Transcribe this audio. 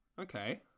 okay